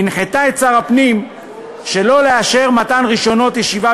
והנחתה את שר הפנים שלא לאשר מתן רישיונות ישיבה